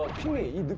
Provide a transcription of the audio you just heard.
to meet you.